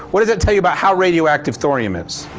what does that tell you about how radioactive thorium is?